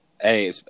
Hey